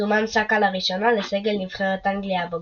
זומן סאקה לראשונה לסגל נבחרת אנגליה הבוגרת,